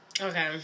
Okay